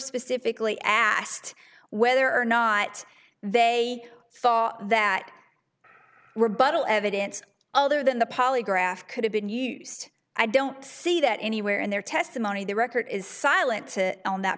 specifically asked whether or not they thought that rebuttal evidence other than the polygraph could have been used i don't see that anywhere in their testimony the record is silent on that